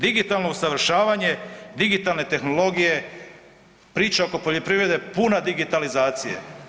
Digitalno usavršavanje, digitalne tehnologije, priča oko poljoprivrede puna digitalizacije.